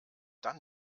dann